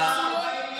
בקפסולות,